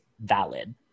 valid